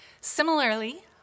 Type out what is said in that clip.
Similarly